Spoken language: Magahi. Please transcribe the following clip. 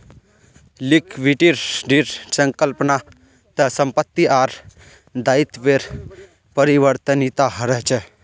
लिक्विडिटीर संकल्पना त संपत्ति आर दायित्वेर परिवर्तनीयता रहछे